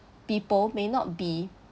people may not be